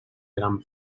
gran